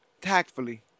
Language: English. tactfully